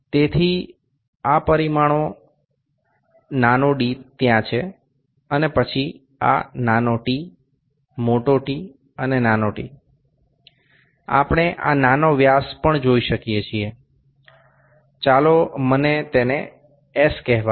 તેથી આ પરિમાણો d ત્યાં છે પછી આ t T અને t' આપણે આ નાનો વ્યાસ પણ જોઈ શકીએ છીએ ચાલો મને તેને s કહેવા દો